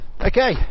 Okay